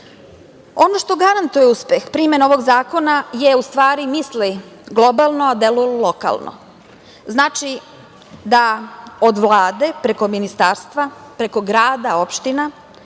što garantuje uspeh primene ovog zakona je u stvari – misli globalno, a deluj lokalno. Znači da od Vlade, preko Ministarstva, preko grada, opština,